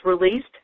released